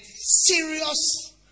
serious